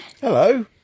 Hello